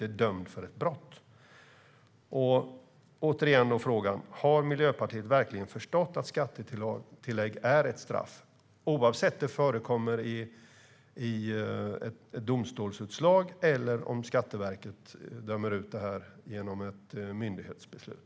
Skattetillägg: Dubbelprövnings-förbudet och andra rättssäkerhetsfrågor Återigen: Har Miljöpartiet verkligen förstått att skattetillägg är ett straff, oavsett om det påförs genom ett domstolsutslag eller om Skatteverket dömer ut det genom ett myndighetsbeslut?